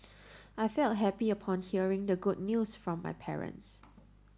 I felt happy upon hearing the good news from my parents